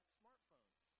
smartphones